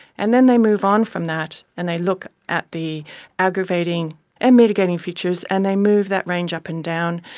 and then they move on from that and they look at the aggravating and mitigating features and they move that range up and down.